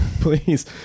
please